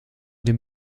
dem